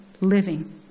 living